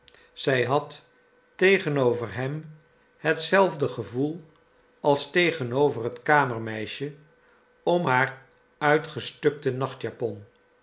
zij had tegenover hem hetzelfde gevoel als tegenover het kamermeisje om haar uitgestukte nachtjapon